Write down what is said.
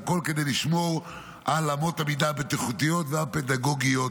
והכול כדי לשמור על אמות המידה הבטיחותיות והפדגוגיות